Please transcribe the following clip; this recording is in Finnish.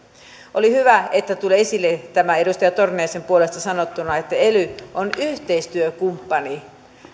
oli hyvä että tuli esille tämä edustaja torniaisen puolesta sanottuna että ely on yhteistyökumppani